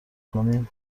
کنین